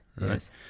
yes